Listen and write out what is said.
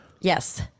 Yes